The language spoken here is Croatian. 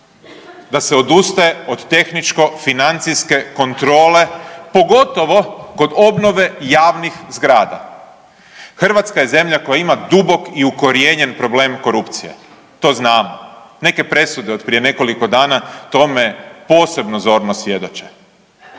da se odustaje od tehničko financijske kontrole, pogotovo kod obnove javnih zgrada. Hrvatska je zemlja koja ima dubok i ukorijenjen problem korupcije, to znamo. Neke presude od prije nekoliko dana tome posebno zorno svjedoče.